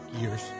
years